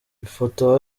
ifoto